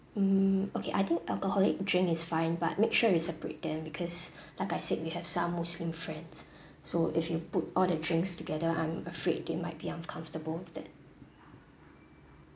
mm okay I think alcoholic drink is fine but make sure you separate them because like I said we have some muslim friends so if you put all the drinks together I'm afraid they might be uncomfortable with that